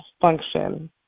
function